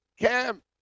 Cam